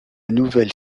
nouvelle